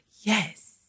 Yes